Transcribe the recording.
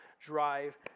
drive